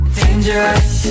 dangerous